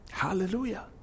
Hallelujah